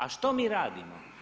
A što mi radimo?